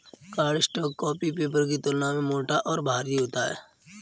cardstock copy paper की तुलना में मोटा और भारी होता है